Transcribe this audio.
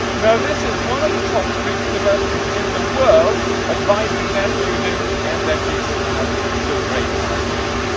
now, this is one of the top three universities in the world, advising their students and their teachers on how to build great powerpoints.